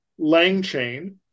LangChain